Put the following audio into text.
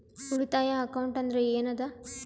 ಉಳಿತಾಯ ಅಕೌಂಟ್ ಅಂದ್ರೆ ಏನ್ ಅದ?